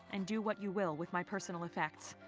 and do what you will with my personal effects.